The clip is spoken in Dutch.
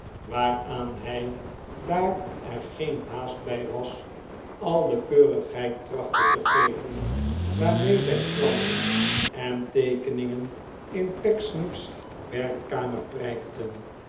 waar aan hij daar er geen haast bij was al de keurigheid trachtte te geven waarmee zijn plannen en teekenhr gen in pecksniff's werkkamer prijkten